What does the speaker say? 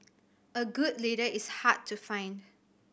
a good leader is hard to find